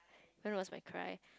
when was my cry